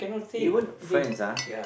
even friends ah